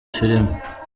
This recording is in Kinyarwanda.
filime